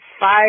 five